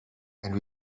and